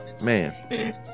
man